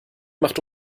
macht